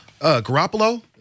Garoppolo